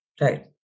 Right